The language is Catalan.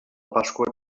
pasqua